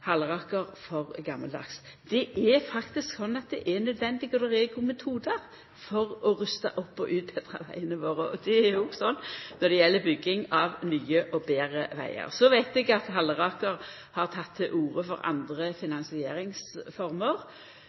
er nødvendig, og det er gode metodar for å rusta opp vegane våre. Det er òg slik når det gjeld bygging av nye og betre vegar. Så veit eg at Halleraker har teke til orde for andre